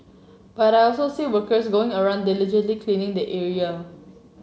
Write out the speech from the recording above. but I also see workers going around diligently cleaning the area